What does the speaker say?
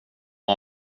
var